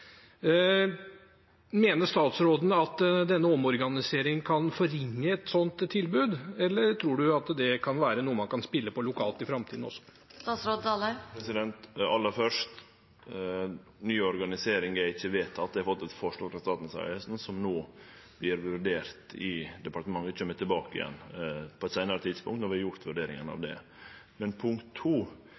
Mener statsråden at denne omorganiseringen kan forringe et slikt tilbud, eller tror han at det kan være noe man kan spille på lokalt i framtiden også? Aller først: Ny organisering er ikkje vedteken. Eg har fått eit forslag frå Statens vegvesen som no vert vurdert i departementet. Eg kjem tilbake til det på eit seinare tidspunkt, når vi har gjort vurderinga av det. Punkt to: